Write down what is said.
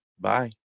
Bye